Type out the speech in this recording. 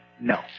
no